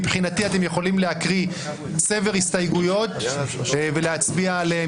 מבחינתי אתם יכולים להקריא צבר רצף הסתייגויות ולהצביע עליהם,